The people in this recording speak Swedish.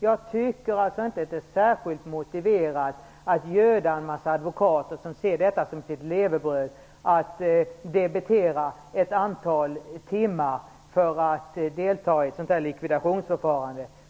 Jag tycker inte att det är särskilt motiverat att göda en massa advokater som ser detta som sitt levebröd genom att låta dem debitera ett antal timmar för att delta i ett likvidationsförfarande.